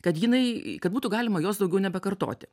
kad jinai kad būtų galima jos daugiau nebekartoti